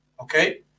okay